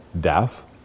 death